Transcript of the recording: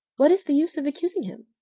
what is the use of accusing him?